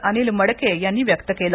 अनिल मडके यांनी व्यक्त केले